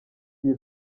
iyi